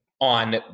on